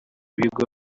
bigo